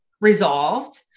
resolved